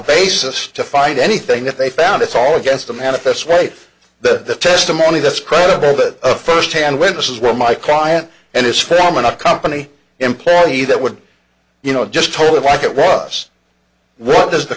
basis to find anything if they found it's all against the manifest way the testimony that's credible that firsthand witnesses were my client and it's phenomena company employee that would you know just told it like it was what does the